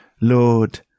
Lord